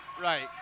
Right